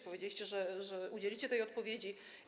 Powiedzieliście, że udzielicie tej odpowiedzi.